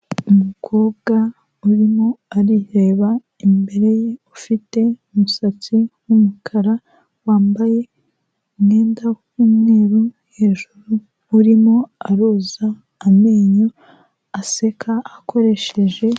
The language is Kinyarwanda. Umukobwa urimo arireba imbere ye, afite umusatsi w'umukara wambaye umwenda w'umweru hejuru, urimo aroza amenyo aseka akoresheje.